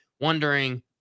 wondering